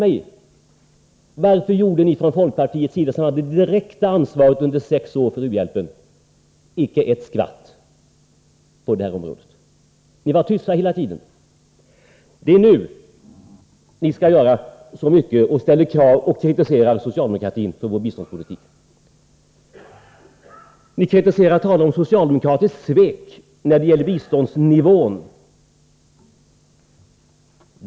Men varför gjorde ni ifrån folkpartiets sida icke ett skvatt när ni under sex år hade det direkta avsvaret för u-hjälpen? Ni var tysta hela tiden. Det är nu ni skall göra så mycket. Nu ställer ni krav och kritiserar socialdemokratin för vår biståndspolitik. Ni talar om ett socialdemokratiskt svek när det gäller biståndsnivån.